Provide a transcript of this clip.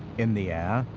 in the air,